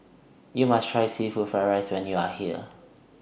YOU must Try Seafood Fried Rice when YOU Are here